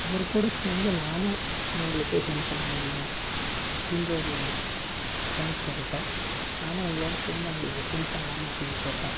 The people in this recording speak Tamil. அவருகூட சேர்ந்து நானும் இவங்களுக்கு ஹெல்ப் பண்ண முடியும் அப்டின்ற ஒரு சான்ஸ் கிடச்சா நானும் உங்களோடு சேர்ந்து அவங்களுக்கு ஹெல்ப் பண்ணலாமா அப்படினு கேட்பேன்